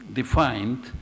defined